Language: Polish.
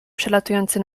przelatujący